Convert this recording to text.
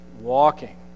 walking